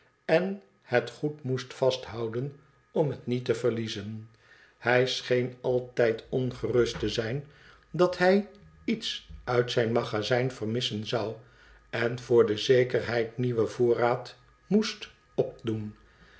en het goed moest vasthouden om het niet te verliezen hij scheen altijd ongerust te zijn dat hij iets uit zijn magazijn vermissen zou en voor de zekerheid nieuwen voorraad moest opdoen